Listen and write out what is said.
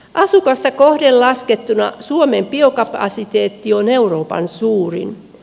asukasta kohden laskettuna suomen biokapasiteetti on euroopan suurin